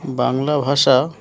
বাংলা ভাষা